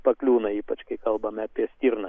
pakliūna ypač kai kalbame apie stirnas